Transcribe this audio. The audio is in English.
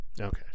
Okay